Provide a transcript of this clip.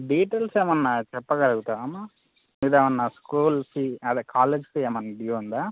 details ఏమన్న చెప్పగలుగుతావా అమ్మ మీది ఏమన్న స్కూల్ ఫీ అదే కాలేజ్ ఫీ ఏమన్న డ్యూ ఉందా